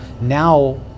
now